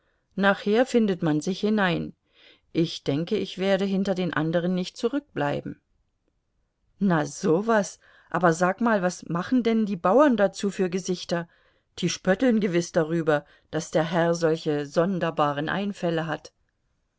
nachher findet man sich hinein ich denke ich werde hinter den andern nicht zurückbleiben na so was aber sag mal was machen denn die bauern dazu für gesichter die spötteln gewiß darüber daß der herr solche sonderbaren einfälle hat